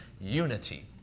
unity